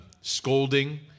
scolding